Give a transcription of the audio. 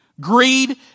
Greed